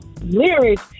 lyrics